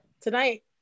tonight